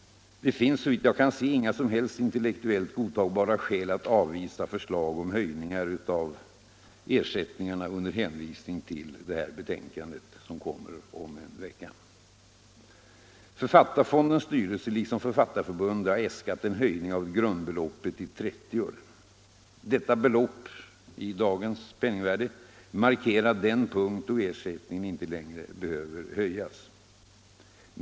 Det finns såvitt jag kan se inga som helst intellektuellt godtagbara skäl att avvisa förslag om höjningar av ersättningarna under hänvisning till betänkandet som kommer om en vecka. Författarfondens styrelse liksom Författarförbundet har äskat en höjning av grundbeloppet till 30 öre. Detta belopp — i dagens penningvärde —- markerar den punkt då ersättningen inte längre behöver höjas.